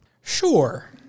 Sure